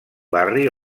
barri